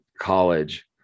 college